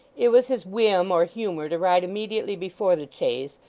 it was his whim or humour to ride immediately before the chaise,